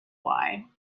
why